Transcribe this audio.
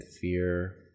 fear